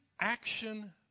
action